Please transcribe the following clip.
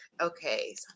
okay